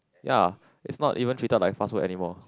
ya it's not even treated like fast food anymore